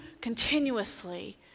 continuously